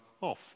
off